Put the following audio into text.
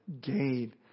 gain